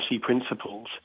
principles